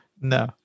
No